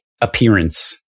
appearance